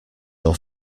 your